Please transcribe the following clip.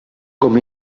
com